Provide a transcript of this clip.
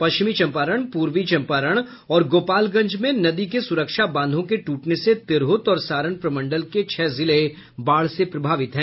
पश्चिमी चंपारण पूर्वी चंपारण और गोपालगंज में नदी के सुरक्षा बांधों के टूटने से तिरहुत और सारण प्रमंडल के छह जिले बाढ़ से प्रभावित हैं